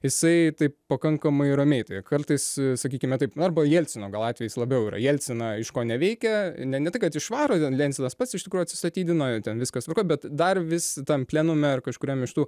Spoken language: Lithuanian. jisai taip pakankamai ramiai tai kartais sakykime taip na arba jelcino gal atvejis labiau yra jelciną iškoneveikia ne ne tai kad išvaro ten jelcinas pats iš tikrų atsistatydina ten viskas tvarkoj bet dar vis tam plenume ar kažkuriam iš tų